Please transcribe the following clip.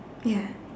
ya